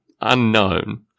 unknown